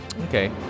Okay